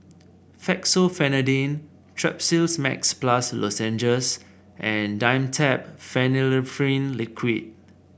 Fexofenadine Strepsils Max Plus Lozenges and Dimetapp Phenylephrine Liquid